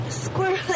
Squirrel